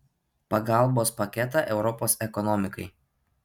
pagalbos paketą europos ekonomikai